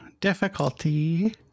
difficulty